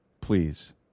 please